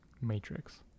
matrix